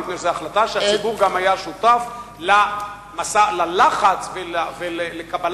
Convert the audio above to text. מפני שזו החלטה שהציבור היה שותף ללחץ לקבלתה,